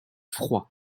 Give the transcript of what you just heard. froid